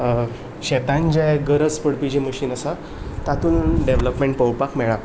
शेतान जे गरज पडपी जें मशीन आसा तातून डेवलोपमेंट पळोपाक मेळ्ळा